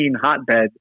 hotbed